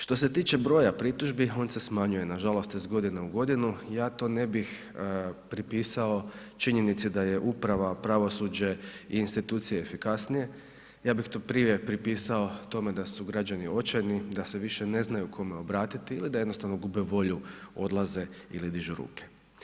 Što se tiče broja pritužbi, on se smanjuje nažalost iz godine u godinu, ja to ne bih pripisao činjenici da je uprava, pravosuđe i institucija efikasnije, ja bih to prije pripisao tome da su građani očajni, da se više ne znaju kome obratiti ili da jednostavno gube volju, odlaze ili dižu ruke.